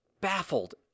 baffled